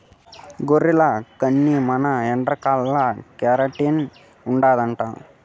గొర్రెల కన్ని మన ఎంట్రుకల్ల కెరటిన్ ఉండాదట